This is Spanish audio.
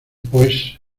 pues